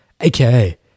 aka